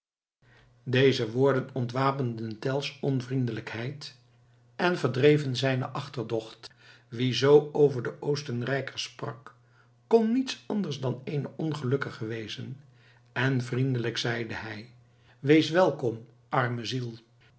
deze woorden ontwapenden tell's onvriendelijkheid en verdreven zijne achterdocht wie z over de oostenrijkers sprak kon niets anders dan eene ongelukkige wezen en vriendelijk zeide hij wees welkom arme ziel